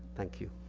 thank you.